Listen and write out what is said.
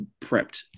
prepped